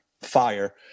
fire